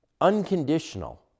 unconditional